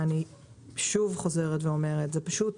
אני שוב חוזרת ואומרת, זה פשוט